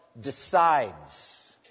decides